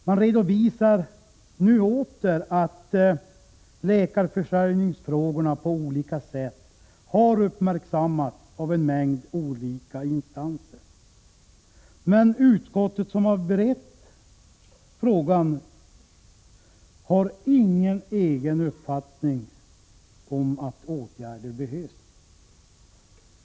Man redovisar nu åter att läkarförsörjningsfrågan på olika sätt har uppmärksammats av en mängd olika instanser. Men utskottet, som har berett frågan, har ingen egen uppfattning om åtgärder behövs.